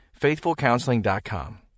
FaithfulCounseling.com